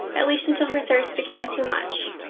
at least until her thirst became too much.